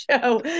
show